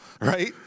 right